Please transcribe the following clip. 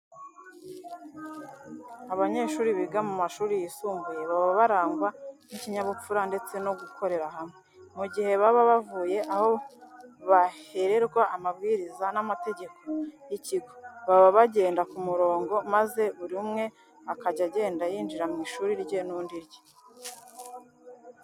Abanyeshuri biga mu mashuri yisumbuye baba barangwa n'ikinyabupfura ndetse no gukorera hamwe. Mu gihe baba bavuye aho bahererwa amabwiriza n'amategeko y'ikigo, baba bagenda ku murongo maze buri umwe akajya agenda yinjira mu ishuri rye n'undi irye.